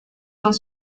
dans